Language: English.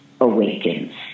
awakens